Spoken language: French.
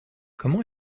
comment